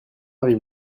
arrive